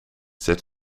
set